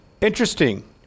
Interesting